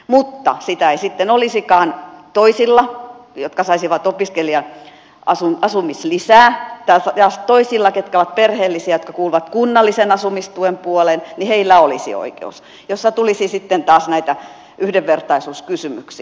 mutta sitä ei sitten olisikaan toisilla jotka saisivat opiskelijan asumislisää ja toisilla ketkä ovat perheellisiä jotka kuuluvat kunnallisen asumistuen puoleen olisi oikeus mistä tulisi sitten taas näitä yhdenvertaisuuskysymyksiä